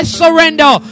surrender